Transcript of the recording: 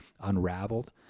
Unraveled